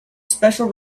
special